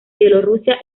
bielorrusia